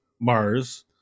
mars